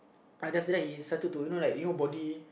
uh then after he started to you know like you know body